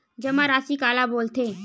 जमा राशि काला बोलथे?